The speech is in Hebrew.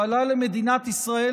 שעלה למדינת ישראל,